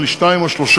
נדמה לי שתיים או שלוש,